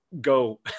Go